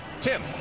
Tim